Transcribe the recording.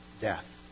death